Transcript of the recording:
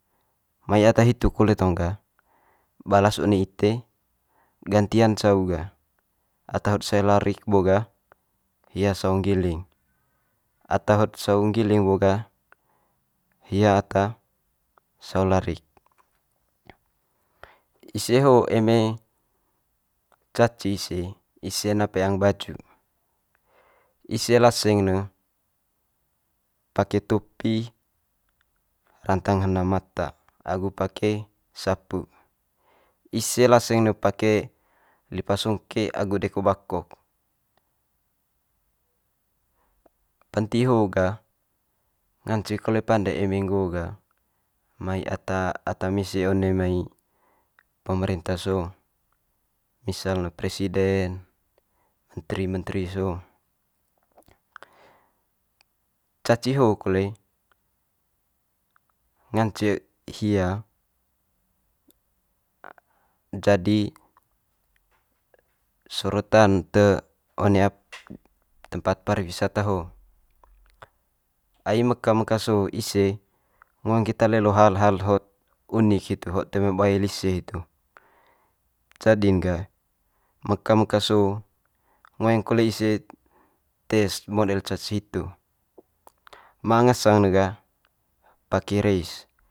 Mai ata hitu kole tong ga balas one ite, gantian cau ga. Ata hot sau larik bo ga hia sau nggiling, ata hot sau nggiling bo ga hia ata sau larik. Ise ho eme caci ise, ise na peang baju, ise laseng ne pake topi rantang hena mata agu pake sapu. Ise laseng ne pake lipa songke agu deko bakok. Penti ho ga ngance kole pande eme nggo ga mai ata ata mese one mai pemerenta so, misal ne presiden, mentri mentri so. Caci ho kole ngance hia jadi sorotan te one tempat pariwisata ho. Ai meka meka so ise ngoeng keta lelo hal hal hot unik hitu hot toe ma bae lise hitu. Jadi'n ga meka meka so ngoeng kole ise tes model caci hitu. Ma ngasang ne ga paki reis.